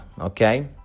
okay